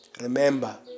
Remember